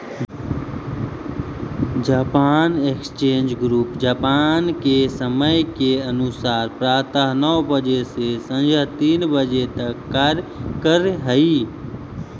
Japan exchange group Japan के समय के अनुसार प्रातः नौ बजे से सायं तीन बजे तक कार्य करऽ हइ